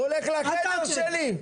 הוא הולך לחדר שלי.